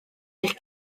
eich